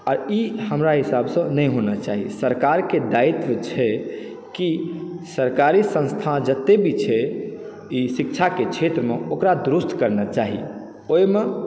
आ ई हमरा हिसाब सॅं नहि होना चाही सरकार के दायित्व छै की सरकारी संस्था जतय भी छै ई शिक्षा के क्षेत्र मे ओकरा दुरुस्त करना चाही ओहिमे